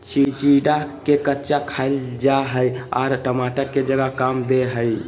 चिचिंडा के कच्चा खाईल जा हई आर टमाटर के जगह काम दे हइ